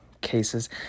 cases